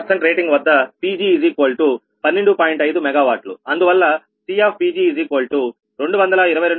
5 MWఅందువల్ల CPg222